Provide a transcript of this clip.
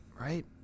Right